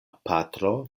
patro